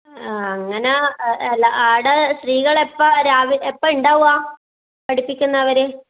ആ അങ്ങനെ ആ അല്ല ആടെ സ്ത്രീകൾ എപ്പോൾ രാവിലെ എപ്പം ഉണ്ടാവുക പഠിപ്പിക്കുന്നവര്